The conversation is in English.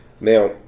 Now